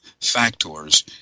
factors